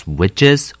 witches